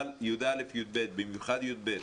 אבל י"א-י"ב, במיוחד י"ב,